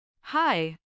Hi